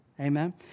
Amen